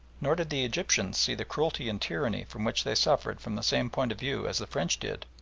nor did the egyptians see the cruelty and tyranny from which they suffered from the same point of view as the french did,